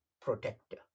protector